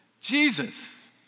Jesus